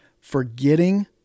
forgetting